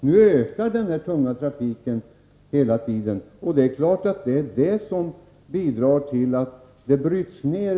Nu ökar den tunga trafiken hela tiden, och det är klart att detta bidrar till att vägbanan bryts ner.